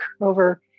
over